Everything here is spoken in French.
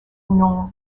nom